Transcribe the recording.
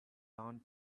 lawn